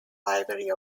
library